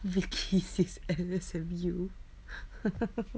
vicky's is in S_M_U